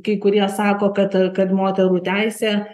kai kurie sako kad kad moterų teisė